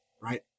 right